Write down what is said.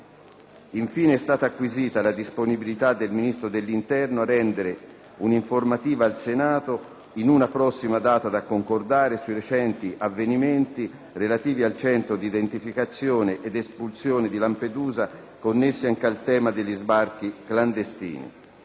Infine è stata acquisita la disponibilità del Ministro dell'interno a rendere un'informativa al Senato - in una prossima data da concordare - sui recenti avvenimenti relativi al Centro di identificazione ed espulsione di Lampedusa, connessi anche al tema degli sbarchi clandestini.